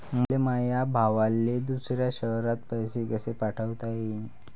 मले माया भावाले दुसऱ्या शयरात पैसे कसे पाठवता येईन?